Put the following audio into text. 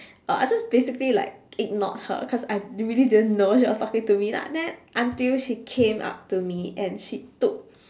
uh so it's basically like ignored her cause I really didn't know she was talking to me lah then until she came up to me and she took